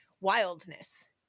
wildness